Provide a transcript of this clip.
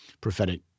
prophetic